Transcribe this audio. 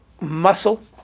muscle